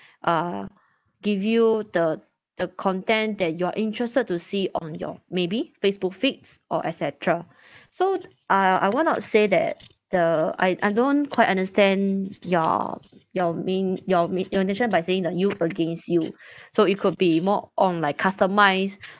uh give you the the content that you are interested to see on your maybe facebook feeds or et cetera so uh I will not say that the I I don't quite understand your your main your main your intetion by saying the use against you so it could be more on like customise